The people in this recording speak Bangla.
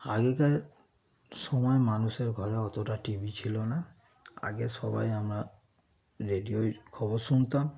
আগেকার সময় মানুষের ঘরে অতটা টি ভি ছিল না আগে সবাই আমরা রেডিওয় খবর শুনতাম